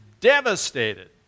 devastated